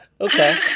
Okay